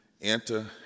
enter